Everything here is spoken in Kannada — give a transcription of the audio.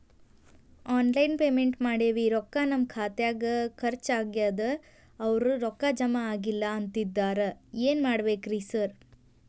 ಆನ್ಲೈನ್ ಪೇಮೆಂಟ್ ಮಾಡೇವಿ ರೊಕ್ಕಾ ನಮ್ ಖಾತ್ಯಾಗ ಖರ್ಚ್ ಆಗ್ಯಾದ ಅವ್ರ್ ರೊಕ್ಕ ಜಮಾ ಆಗಿಲ್ಲ ಅಂತಿದ್ದಾರ ಏನ್ ಮಾಡ್ಬೇಕ್ರಿ ಸರ್?